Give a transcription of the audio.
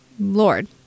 Lord